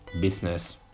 business